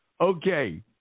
Okay